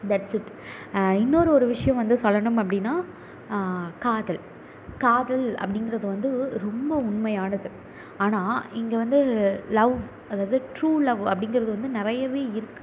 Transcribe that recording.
that's it இன்னொரு ஒரு விஷயம் வந்து சொல்லணும் அப்படின்னா காதல் காதல் அப்படிங்கிறது வந்து ரொம்ப உண்மையானது ஆனால் இங்கே வந்து லவ் அதாவது ட்ரூ லவ் அப்படிங்கிறது வந்து நிறையவே இருக்குது